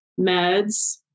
meds